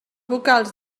vocals